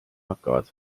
hakkavad